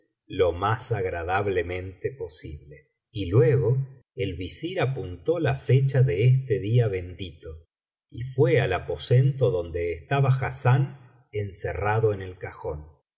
lo más agradablemente posible y luego el visir apuntó la fecha de este día bendito y fué al aposento donde estaba hassán encerrado en el cajón